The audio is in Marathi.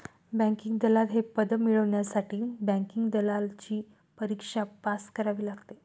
बँकिंग दलाल हे पद मिळवण्यासाठी बँकिंग दलालची परीक्षा पास करावी लागते